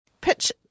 Pitch